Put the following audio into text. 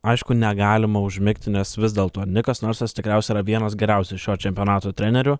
aišku negalima užmigti nes vis dėlto nikas narsas tikriausiai yra vienas geriausių šio čempionato trenerių